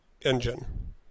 engine